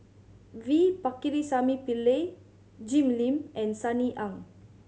V Pakirisamy Pillai Jim Lim and Sunny Ang